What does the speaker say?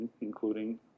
including